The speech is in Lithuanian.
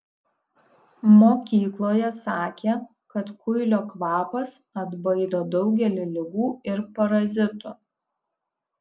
mokykloje sakė kad kuilio kvapas atbaido daugelį ligų ir parazitų